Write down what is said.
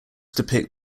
depict